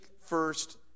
first